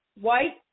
white